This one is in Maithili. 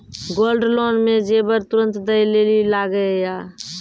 गोल्ड लोन मे जेबर तुरंत दै लेली लागेया?